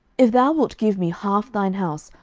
if thou wilt give me half thine house,